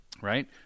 right